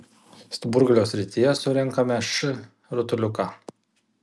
stuburgalio srityje surenkame š rutuliuką